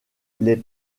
les